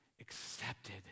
accepted